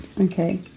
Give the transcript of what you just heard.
Okay